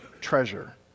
treasure